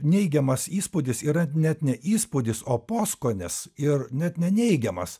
neigiamas įspūdis yra net ne įspūdis o poskonis ir net ne neigiamas